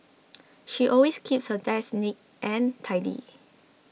she always keeps her desk neat and tidy